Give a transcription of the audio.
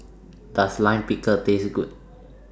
Does Lime Pickle Taste Good